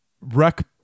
rec